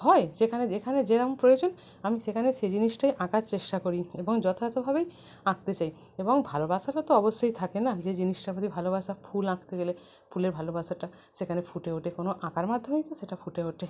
হয় সেখানে যেখানে যেরম প্রয়োজন আমি সেখানে সে জিনিসটাই আঁকার চেষ্টা করি এবং যথাযথভাবেই আঁকতে চাই এবং ভালোবাসাটা তো অবশ্যই থাকে না যে জিনিসটার প্রতি ভালোবাসা ফুল আঁকতে গেলে ফুলের ভালোবাসাটা সেখানে ফুটে ওঠে কোনো আঁকার মাধ্যমেই তো সেটা ফুটে ওঠে